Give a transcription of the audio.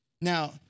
Now